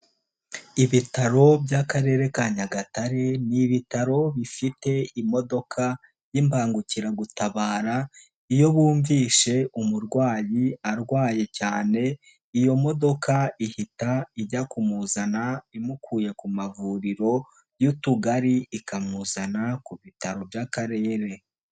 Ibitaro by'Akarere ka Nyagatare ni ibitaro bifite imodoka y'imbangukiragutabara iyo bumvishe umurwayi arwaye cyane iyo modoka ihita ijya kumuzana imukuye ku mavuriro y'Utugari ikamuzana ku bitaro by'Akarere.